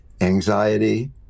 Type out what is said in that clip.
anxiety